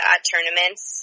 tournaments